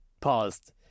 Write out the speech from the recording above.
paused